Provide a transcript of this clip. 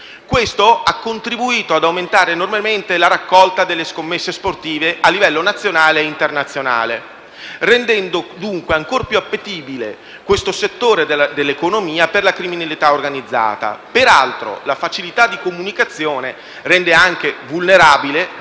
Ciò ha contributo ad aumentare enormemente la raccolta delle scommesse sportive a livello nazionale e internazionale, rendendo dunque ancora più appetibile questo settore dell'economia per la criminalità organizzata. Per altro, la facilità di comunicazione rende anche vulnerabile